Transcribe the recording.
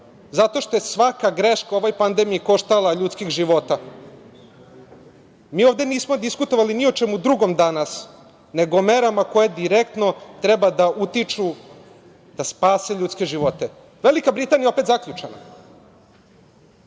zato što je svaka greška o ovoj pandemiji koštala ljudskih života. Mi ovde nismo diskutovali ni o čemu drugom danas nego o merama koje direktno treba da utiču da spasu ljudske živote. Velika Britanija je opet zaključana.